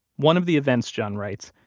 one of the events, john writes,